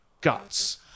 guts